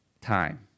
time